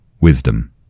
Wisdom